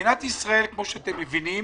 במדינת ישראל, כפי שאתם מבינים,